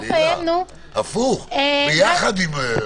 הפוך, ביחד עם.